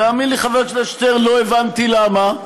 תאמין לי, חבר הכנסת שטרן, לא הבנתי למה,